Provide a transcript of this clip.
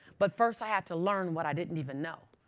but first, i had to learn what i didn't even know.